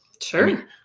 Sure